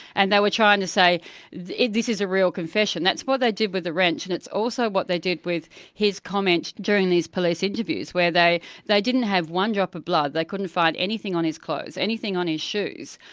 and they were trying to say this is a real confession. that's what they did with the wrench, and it's also what they did with his comments during these police interviews, where they they didn't have one drop of blood, they couldn't find anything on his clothes, anything on his shoes,